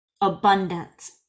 abundance